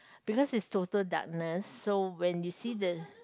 because it's total darkness so when you see the